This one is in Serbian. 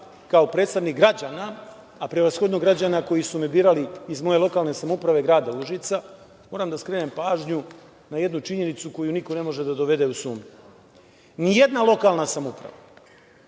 kao predstavnik građana, a prevashodno građana koji su me birali iz moje lokalne samouprave grada Užica, moram da skrenem pažnju na jednu činjenicu koju niko ne može da dovede u sumnju. Ni jedna lokalna samouprava,